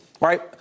Right